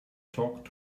talk